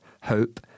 hope